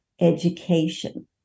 education